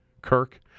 Kirk